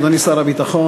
אדוני שר הביטחון,